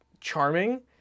charming